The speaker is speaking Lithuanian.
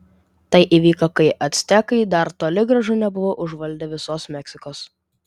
tai įvyko kai actekai dar toli gražu nebuvo užvaldę visos meksikos